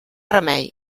remei